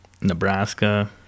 Nebraska